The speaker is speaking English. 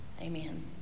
Amen